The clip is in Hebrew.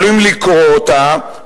יכולים לקרוא אותה,